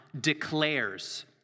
declares